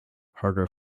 harder